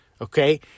Okay